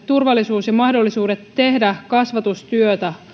turvallisuus ja mahdollisuudet tehdä kasvatustyötä